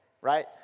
right